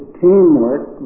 teamwork